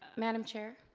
madame chair?